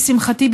לשמחתי,